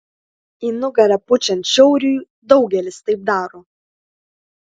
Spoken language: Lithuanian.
į nugarą pučiant šiauriui daugelis taip daro